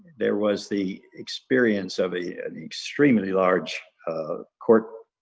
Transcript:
there was the experience of a an extremely large ah court